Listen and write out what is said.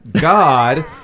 God